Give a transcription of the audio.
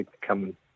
come